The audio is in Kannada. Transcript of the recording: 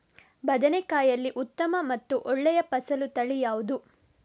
ಬದನೆಕಾಯಿಯಲ್ಲಿ ಉತ್ತಮ ಮತ್ತು ಒಳ್ಳೆಯ ಫಸಲು ತಳಿ ಯಾವ್ದು?